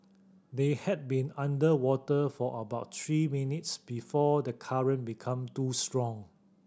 they had been underwater for about three minutes before the current become too strong